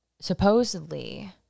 supposedly